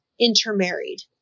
intermarried